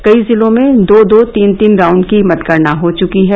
कई जिलों में दो दो तीन तीन राउण्ड की मतगणना हो चुकी है